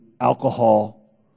alcohol